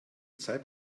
zeit